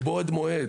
מבעוד מועד,